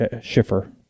Schiffer